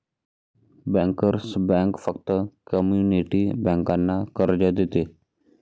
bankers bank फक्त community बँकांना कर्ज देते